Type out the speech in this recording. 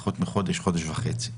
פחות מחודש-חודש וחצי.